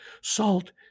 Salt